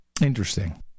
Interesting